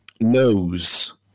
knows